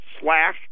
slash